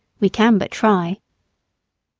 we can but try.